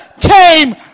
came